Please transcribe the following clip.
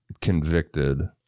convicted